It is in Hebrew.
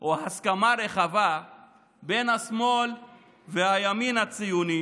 או הסכמה רחבה בין השמאל לימין הציוני